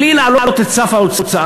בלי להעלות את סף ההוצאה,